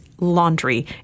laundry